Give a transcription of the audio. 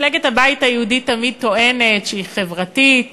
מפלגת הבית היהודי תמיד טוענת שהיא חברתית,